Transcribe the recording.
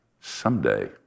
Someday